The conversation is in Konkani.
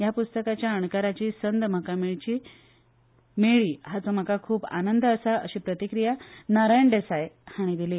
ह्या पुस्तकाच्या अणकाराची संद म्हाका मेळ्ळी हाचो म्हाका खूप आनंद आसा अशी प्रतिक्रिया नारायण देसाय हाणी दिली